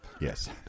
Yes